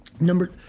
Number